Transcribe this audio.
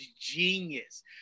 genius